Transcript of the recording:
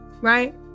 Right